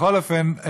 בכל אופן,